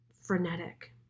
frenetic